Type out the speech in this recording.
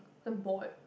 the bored